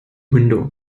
window